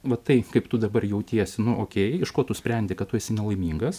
va tai kaip tu dabar jautiesi na okei iš ko tu sprendi kad tu esi nelaimingas